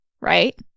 right